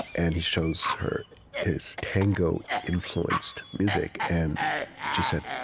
and he shows her his tango-influenced music. and she said,